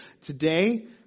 Today